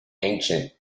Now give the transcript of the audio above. ancient